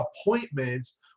appointments